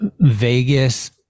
Vegas